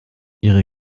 ihre